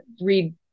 read